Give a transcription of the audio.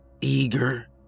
eager